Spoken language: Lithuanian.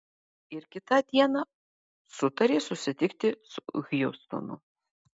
ir kitą dieną sutarė susitikti su hjustonu